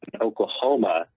Oklahoma